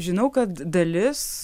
žinau kad dalis